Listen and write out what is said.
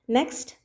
Next